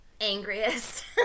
angriest